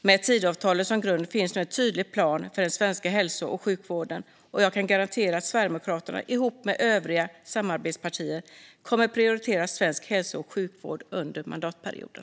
Med Tidöavtalet som grund finns nu en tydlig plan för den svenska hälso och sjukvården, och jag kan garantera att Sverigedemokraterna ihop med övriga samarbetspartier kommer att prioritera svensk hälso och sjukvård under mandatperioden.